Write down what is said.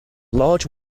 large